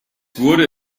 wurde